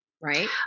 right